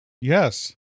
yes